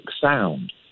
sound